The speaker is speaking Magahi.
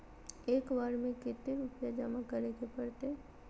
एक बार में कते रुपया जमा करे परते?